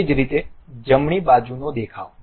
એ જ રીતે જમણી બાજુનો દેખાવ